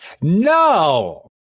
No